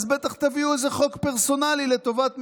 אז בטח תביאו איזה חוק פרסונלי לטובת מישהו,